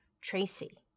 tracy